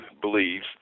believes